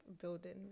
building